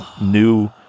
new